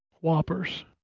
Whoppers